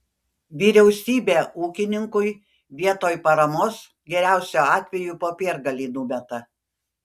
vyriausybė ūkininkui vietoj paramos geriausiu atveju popiergalį numeta